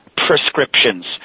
prescriptions